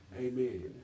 Amen